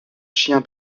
chien